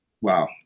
Wow